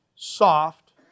soft